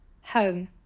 home